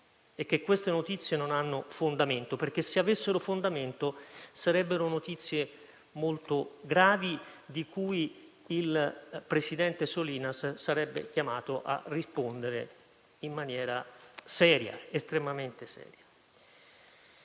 e che le notizie non hanno fondamento. Se avessero fondamento, sarebbero notizie molto gravi di cui il presidente Solinas sarebbe chiamato a rispondere in maniera estremamente seria.